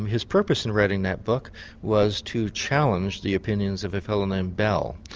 his purpose in writing that book was to challenge the opinions of a fellow named bell.